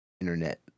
internet